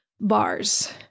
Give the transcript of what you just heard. bars